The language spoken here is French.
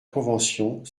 convention